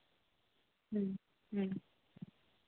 ᱦᱮᱸ ᱦᱮᱸ